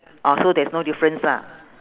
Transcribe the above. oh so there's no difference lah